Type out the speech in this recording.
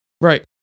Right